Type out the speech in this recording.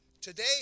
Today